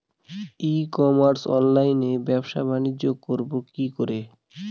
ই commerce অনলাইনে ব্যবসা বানিজ্য করব কি করে?